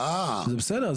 אז בסדר,